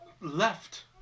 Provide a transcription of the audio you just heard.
Left